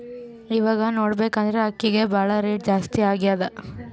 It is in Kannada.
ಇವಾಗ್ ನೋಡ್ಬೇಕ್ ಅಂದ್ರ ಅಕ್ಕಿಗ್ ಭಾಳ್ ರೇಟ್ ಜಾಸ್ತಿ ಆಗ್ಯಾದ